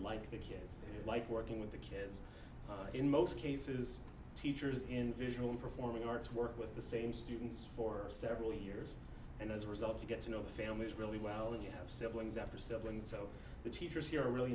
like the kids like working with the kids in most cases teachers in visual and performing arts work with the same students for several years and as a result you get to know the families really well that you have siblings after siblings so the teachers here are really